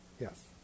Yes